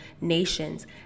nations